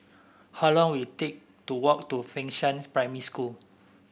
how long will it take to walk to Fengshan Primary School